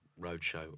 roadshow